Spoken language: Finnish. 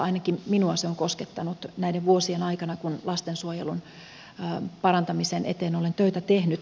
ainakin minua se on koskettanut näiden vuosien aikana kun lastensuojelun parantamisen eteen olen töitä tehnyt